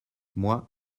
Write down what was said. moi